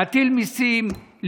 להטיל מיסים,